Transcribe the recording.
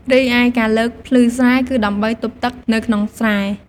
រីឯការលើកភ្លឺស្រែ គឺដើម្បីទប់ទឹកនៅក្នុងស្រែ។